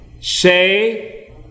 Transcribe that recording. say